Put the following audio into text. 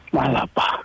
Malapa